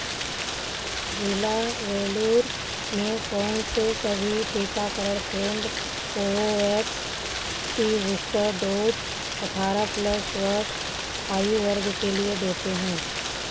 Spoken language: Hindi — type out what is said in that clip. जिला वैल्लूर में कौनसे सभी टीकाकरण केंद्र कोवोवैक्स की बूश्टर डोज अठारह प्लस वर्ष आयु वर्ग के लिए देते हैं